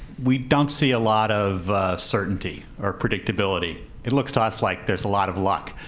we don't see a lot of certainty or predictability. it looks to us like there's a lot of luck.